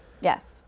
Yes